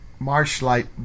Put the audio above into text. Marshlight